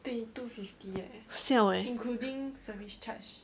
siao eh